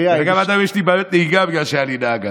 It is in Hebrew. עד היום יש לי בעיות נהיגה בגלל שהיה לי אז נהג.